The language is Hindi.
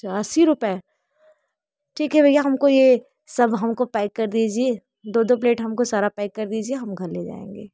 अस्सी रुपये ठीक है भैया हम को ये सब हम को पैक कर दीजिए दो दो प्लेट हम को सारा पैक कर दीजिए हम घर ले जाएंगे